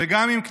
ונייצג את האומה